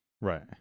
right